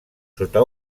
sota